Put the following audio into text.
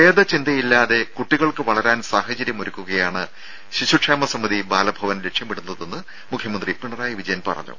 രംഭ ചിന്തയില്ലാതെ കുട്ടികൾക്ക് വളരാൻ ഭേദ സാഹചര്യമൊരുക്കുകയാണ് ശിശുക്ഷേമ സമിതി ബാലഭവൻ ലക്ഷ്യമിടുന്നതെന്ന് മുഖ്യമന്ത്രി പിണറായി വിജയൻ പറഞ്ഞു